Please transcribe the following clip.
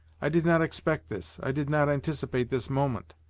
i did not expect this, i did not anticipate this moment.